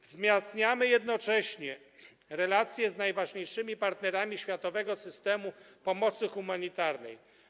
Wzmacniamy jednocześnie relacje z najważniejszymi partnerami światowego systemu pomocy humanitarnej.